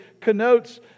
connotes